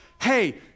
Hey